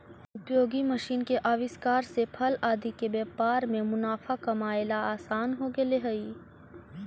उपयोगी मशीन के आविष्कार से फल आदि के व्यापार में मुनाफा कमाएला असान हो गेले हई